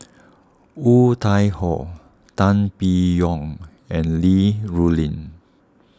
Woon Tai Ho Tan Biyun and Li Rulin